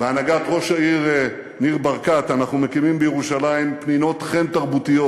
בהנהגת ראש העיר ניר ברקת אנחנו מקימים בירושלים פנינות חן תרבותיות,